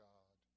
God